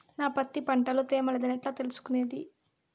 నా పత్తి పంట లో తేమ లేదని ఎట్లా తెలుసుకునేది?